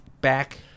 back